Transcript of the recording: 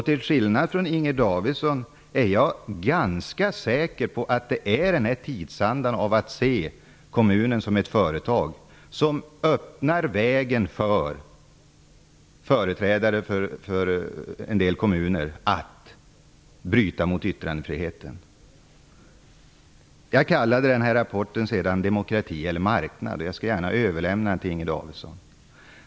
Till skillnad från Inger Davidson är jag ganska säker på att det är tidsandan där kommuner ses som företag som öppnar vägen för företrädare för en del kommuner att bryta mot yttrandefrihetslagen. Rapporten heter Demokrati eller marknad, och jag skall gärna överlämna den till Inger Davidson.